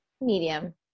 Medium